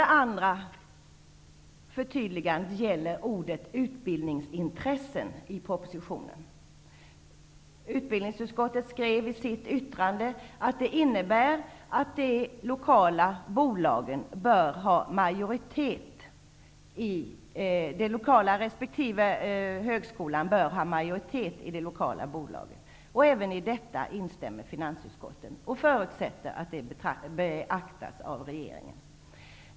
Det andra förtydligandet gäller ordet Utbildningsutskottet skrev i sitt yttrande att representanter för berörda universitet och högskolor bör ha majoritet i de lokala bolagen. Även i detta instämmer finansutskottet och förutsätter att det beaktas av regeringen.